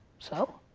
so?